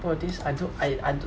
!wah! this I do~ I I do~